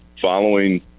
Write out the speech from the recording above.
following –